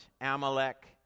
Amalek